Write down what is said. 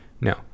No